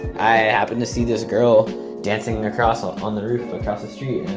i happen to see this girl dancing across on on the roof, across the street.